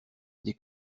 dès